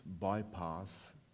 bypass